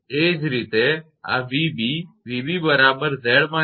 એ જ રીતે આ 𝑣𝑏 𝑣𝑏 બરાબર 𝑍−𝑍𝑐𝑍𝑍𝑐